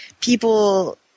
people